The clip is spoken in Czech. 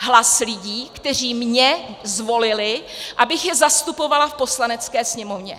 Hlas lidí, kteří mě zvolili, abych je zastupovala v Poslanecké sněmovně.